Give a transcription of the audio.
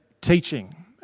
teaching